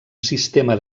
sistema